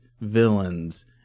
villains